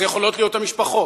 אלה יכולות להיות המשפחות,